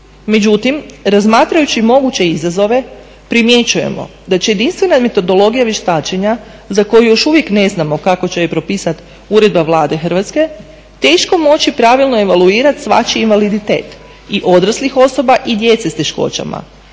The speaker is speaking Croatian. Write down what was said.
Međutim, razmatrajući moguće izazove primjećujemo da će jedinstvena metodologija vještačenja za koju još uvijek ne znamo kako će je propisati uredba Vlade Hrvatske teško moći pravilno evaluirati svačiji invaliditet i odraslih osoba i djece s teškoćama,